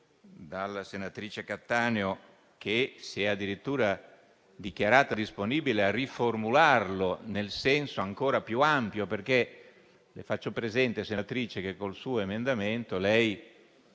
dalla senatrice Cattaneo, che si è addirittura dichiarata disponibile a riformularlo in senso ancora più ampio. Senatrice, le faccio presente che con il suo emendamento lei